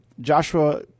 Joshua